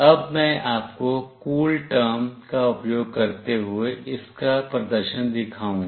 अब मैं आपको कूलटर्म का उपयोग करते हुए इसका प्रदर्शन दिखाऊंगा